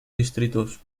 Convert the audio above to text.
distritos